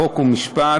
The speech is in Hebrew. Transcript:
חוק ומשפט,